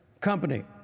Company